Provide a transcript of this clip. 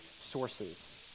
sources